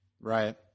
Right